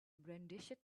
brandished